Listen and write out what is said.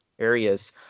areas